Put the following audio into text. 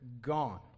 gone